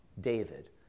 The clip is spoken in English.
David